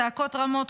צעקות רמות,